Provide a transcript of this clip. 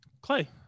Clay